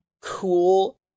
cool